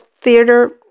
theater